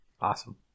Awesome